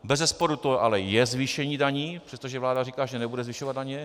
Bezesporu to ale je zvýšení daní, přestože vláda říká, že nebude zvyšovat daně.